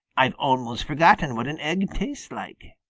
i've almost forgotten what an egg tastes like.